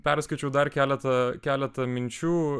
perskaičiau dar keletą keletą minčių